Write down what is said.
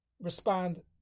respond